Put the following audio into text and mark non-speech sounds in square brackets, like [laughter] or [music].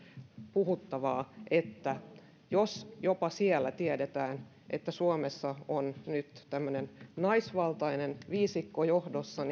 puhuttavaa jos jopa siellä tiedetään että suomessa on nyt tämmöinen naisvaltainen viisikko johdossa [unintelligible]